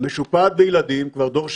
משופעת בילדים כבר דור שני.